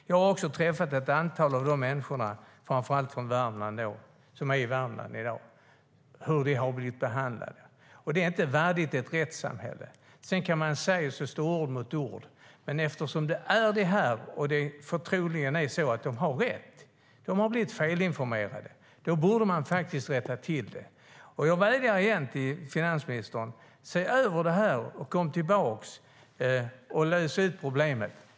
Jag har också träffat ett antal av dessa människor, framför allt som bor i Värmland i dag, och hört hur de har blivit behandlade. Det är inte värdigt ett rättssamhälle. Sedan kan man säga att ord står mot ord. Men eftersom de troligen har rätt, att de har blivit felinformerade, borde man rätta till detta. Jag vädjar igen till finansministern: Se över det här och lös problemet!